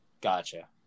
Gotcha